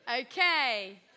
Okay